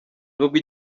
nubwo